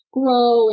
grow